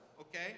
okay